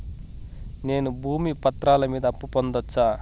నేను భూమి పత్రాల మీద అప్పు పొందొచ్చా?